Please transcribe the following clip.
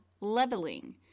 leveling